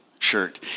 Shirt